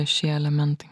šie elementai